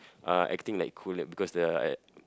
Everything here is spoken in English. uh acting like cool like because the uh